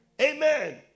amen